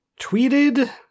tweeted